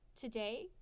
today